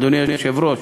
אדוני היושב-ראש,